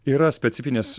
yra specifinės